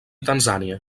tanzània